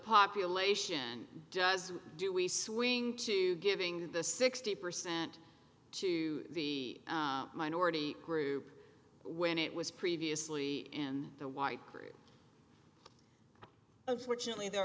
population does do we swing to giving the sixty percent to the minority group when it was previously in the wipers unfortunately there